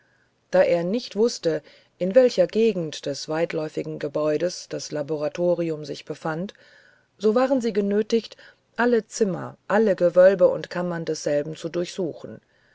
da er nicht wußte in welcher gegend des weitläufigen gebäudes das laboratorium sich befand so waren sie genötigt alle zimmer alle gewölbe und kammern desselben zu durchsuchen